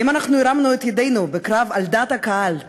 האם הרמנו את ידינו בקרב על דעת הקהל באירופה,